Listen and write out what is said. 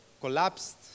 collapsed